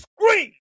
scream